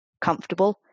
comfortable